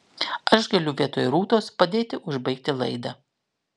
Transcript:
aš galiu vietoj rūtos padėti užbaigti laidą